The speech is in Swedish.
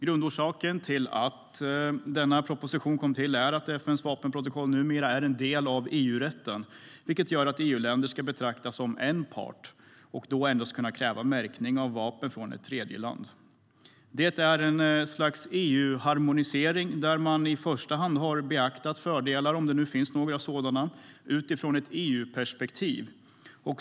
Grundorsaken till att denna proposition kommit till är att FN:s vapenprotokoll numera är en del av EU-rätten, vilket gör att EU-länderna ska betraktas som en part och att de då ska kunna kräva märkning endast av vapen från tredjeland. Det är en sorts EU-harmonisering där man i första hand har beaktat fördelar - om det nu finns några sådana - utifrån ett EU-perspektiv.